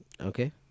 Okay